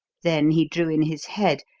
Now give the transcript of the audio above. then he drew in his head,